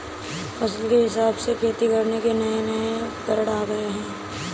फसल के हिसाब से खेती करने के नये नये उपकरण आ गये है